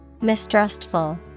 mistrustful